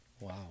Wow